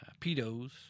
pedos